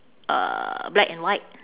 uh black and white